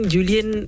Julian